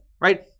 right